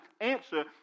answer